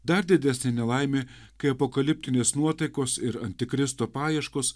dar didesnė nelaimė kai apokaliptinės nuotaikos ir antikristo paieškos